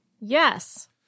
Yes